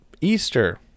Easter